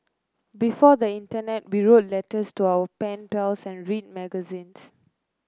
before the internet we wrote letters to our pen pals and read magazines